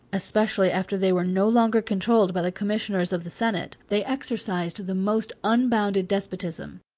especially after they were no longer controlled by the commissioners of the senate, they exercised the most unbounded despotism.